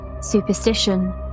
superstition